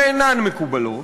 שאינן מקובלות,